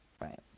Right